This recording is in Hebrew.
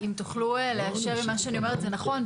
אם תוכלו לאשר אם מה שאני אומרת זה נכון.